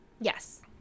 Yes